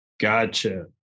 Gotcha